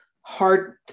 hard